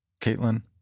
Caitlin